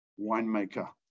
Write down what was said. winemaker